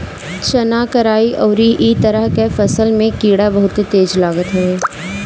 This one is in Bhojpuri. चना, कराई अउरी इ तरह के फसल में कीड़ा बहुते तेज लागत हवे